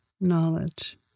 knowledge